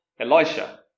Elisha